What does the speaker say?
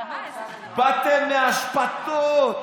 באתם מאשפתות,